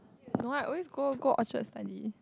no I always go go Orchard study